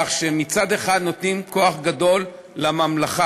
כך שמצד אחד נותנים כוח גדול לממלכה.